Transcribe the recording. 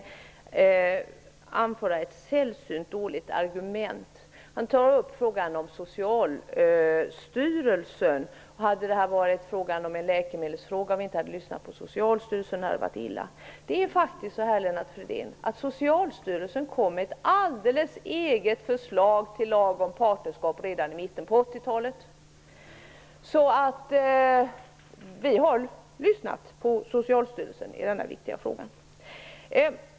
Han tar upp frågan om Socialstyrelsen. Hade detta varit en fråga om ett läkemedel och vi inte hade lyssnat på Socialstyrelsen, hade det varit illa, säger Lennart Socialstyrelsen kom faktiskt med ett alldeles eget förslag till lag om partnerskap redan i mitten av 1980-talet. Vi har alltså lyssnat på Socialstyrelsen i denna viktiga fråga.